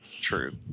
true